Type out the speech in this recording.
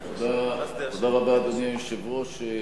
תודה רבה, אדוני היושב-ראש.